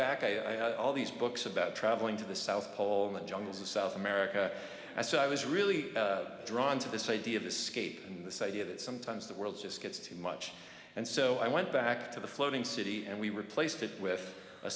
back i had all these books about traveling to the south pole and jungles of south america and so i was really drawn to this idea of the scape in this idea that sometimes the world just gets too much and so i went back to the floating city and we replaced it with a